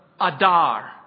Adar